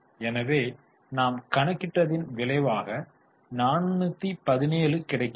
எனவே நாம் கணக்கிட்டதின் விளைவாக 417 கிடைக்கிறது